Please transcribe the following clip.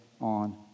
on